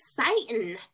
exciting